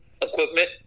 equipment